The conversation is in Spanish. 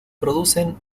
producen